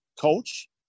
coach